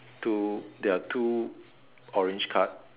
two there are two orange card